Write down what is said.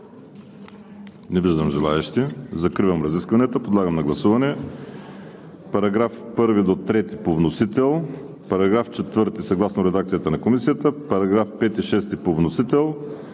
Не виждам желаещи. Закривам разискванията. Подлагам на гласуване параграфи от 1 до 3 по вносител; § 4 съгласно редакцията на Комисията; параграфи 5 и 6 по вносител;